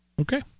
Okay